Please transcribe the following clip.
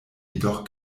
jedoch